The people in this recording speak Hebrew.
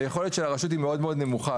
היכולת של הרשות מאוד מאוד נמוכה.